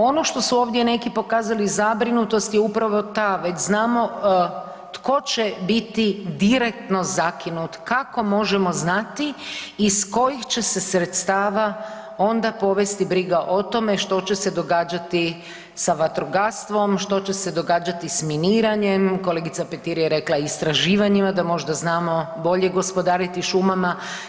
Ono što su ovdje neki pokazali zabrinutost je upravo ta, već znamo tko će biti direktno zakinut kako možemo znati iz kojih će se sredstava onda povesti briga o tome što će se događati sa vatrogastvom, što će se događati s miniranjem, kolegica Petir je rekla istraživanjima da možda znamo bolje gospodariti šumama.